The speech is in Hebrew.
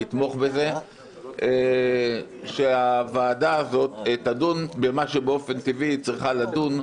נתמוך בזה שהוועדה הזאת תדון במה שבאופן טבעי היא צריכה לדון,